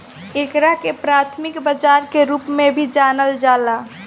एकरा के प्राथमिक बाजार के रूप में भी जानल जाला